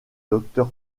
docteur